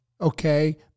Okay